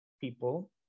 people